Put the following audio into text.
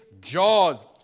jaws